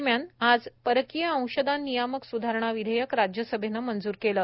दरम्यान आज परकीय अंशदान नियामक सुधारणा विधेयक राज्यसभेनं मंजूर केलं